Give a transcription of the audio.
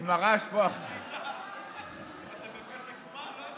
אתם בפסק זמן?